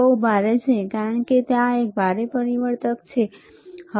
આ બહુ ભારે છે કારણ કે ત્યાં એક ભારે પરિવર્તક છે ઠીક છે